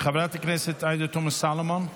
חברת הכנסת עאידה תומא סלימאן,